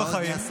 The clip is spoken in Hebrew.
יואב סגלוביץ'.